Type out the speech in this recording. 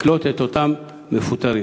לקלוט את אותם מפוטרים.